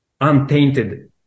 untainted